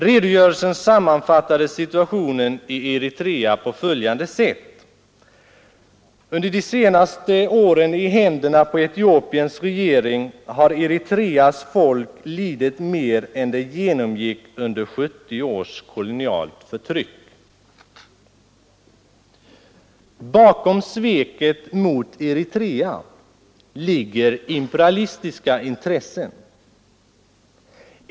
Redogörelsen sammanfattade situationen i Eritrea på följande sätt: ”Under de senaste tio åren i händerna på Etiopiens regering har Eritreas folk lidit mer än det genomgick under 70 års kolonialt förtryck.” Bakom sveket mot Eritrea ligger imperialistiska intressen.